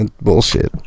bullshit